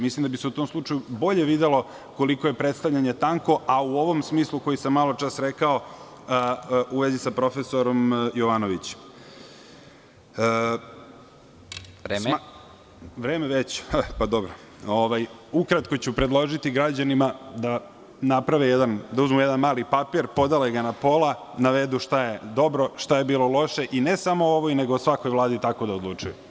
Mislim da bi se u tom slučaju bolje videlo koliko je predstavljanje tanko, a u ovom smislu koji sam maločas rekao, u vezi sa profesorom Jovanovićem. (Predsednik: Vreme.) Ukratko ću predložiti građanima da uzmu jedan mali papir, podele ga na pola, navedu šta je dobro, šta je bilo loše i ne samo u ovoj, nego u svakoj vladi tako da odlučuju.